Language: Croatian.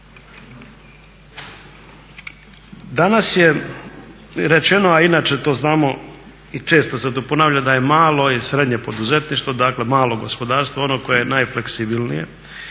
Danas je rečeno, a inače to znamo i često se to ponavlja da je malo i srednje poduzetništvo, dakle malo gospodarstvo ono koje je najfleksibilnije